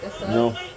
No